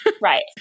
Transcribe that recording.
Right